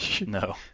No